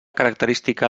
característica